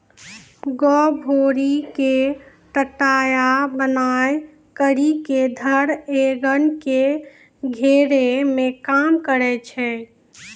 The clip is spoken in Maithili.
गभोरी के टटया बनाय करी के धर एगन के घेरै मे काम करै छै